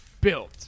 built